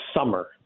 summer